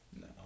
No